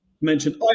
mentioned